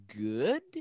good